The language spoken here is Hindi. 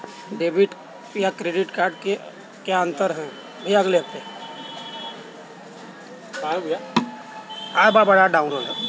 डेबिट या क्रेडिट कार्ड में क्या अन्तर है?